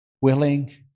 willing